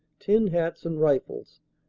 tin hats and rifles,